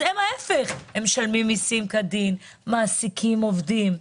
הם משלמים מיסים כדין, מעסיקים עובדים.